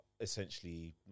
essentially